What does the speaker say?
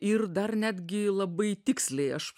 ir dar netgi labai tiksliai aš